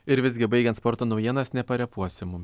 ir visgi baigiant sporto naujienas neparepuosi mum